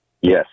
Yes